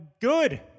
good